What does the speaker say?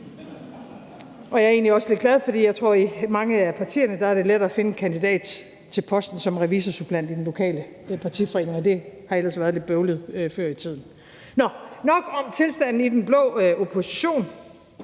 Og jeg er egentlig også lidt glad, for jeg tror, at i mange af partierne er det lettere at finde en kandidat til posten som revisorsuppleant i den lokale partiforening, og det har ellers været lidt bøvlet før tiden. Nå, nok om tilstanden i den blå opposition.